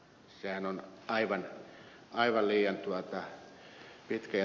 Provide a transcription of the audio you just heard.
sehän on aivan liian pitkä